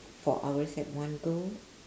for hours at one go